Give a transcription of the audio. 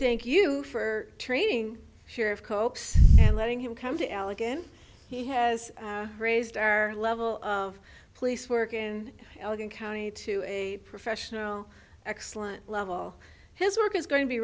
thank you for training sheriff coke's and letting him come to al again he has raised our level of police work in allegheny county to a professional excellent level his work is going to be